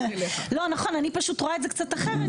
אני מנסה כן להגיע לאיזושהי פשרה.